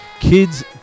Kids